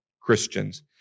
Christians